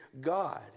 God